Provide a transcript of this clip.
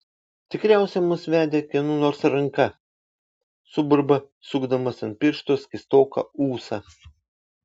tikriausiai mus vedė kieno nors ranka suburba sukdamas ant piršto skystoką ūsą